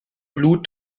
blut